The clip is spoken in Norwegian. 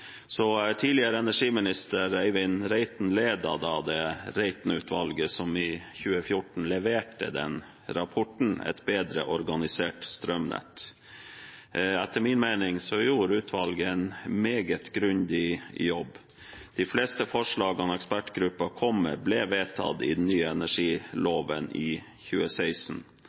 Tidligere olje- og energiminister Eivind Reiten ledet Reiten-utvalget, som i 2014 leverte rapporten Et bedre organisert strømnett. Etter min mening gjorde utvalget en meget grundig jobb. De fleste forslagene ekspertgruppen kom med, ble vedtatt i den nye energiloven i 2016.